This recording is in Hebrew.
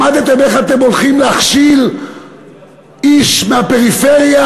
למדתם איך אתם הולכים להכשיל איש מהפריפריה,